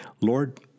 Lord